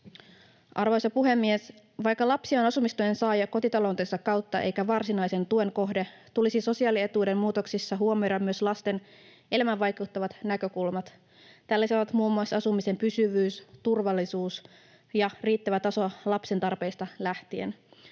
Arvoisa puhemies! Vaikka lapsi on asumistuen saaja kotitaloutensa kautta eikä varsinaisen tuen kohde, tulisi sosiaalietuuden muutoksissa huomioida myös lasten elämään vaikuttavat näkökulmat. Tällaisia ovat muun muassa asumisen pysyvyys, turvallisuus ja riittävä taso lapsen tarpeista lähtien.